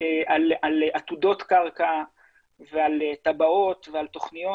על עתודות קרקע ועל תב"עות ועל תוכניות,